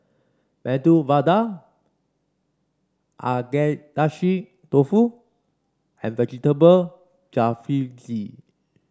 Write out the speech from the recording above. Medu Vada Agedashi Dofu and Vegetable Jalfrezi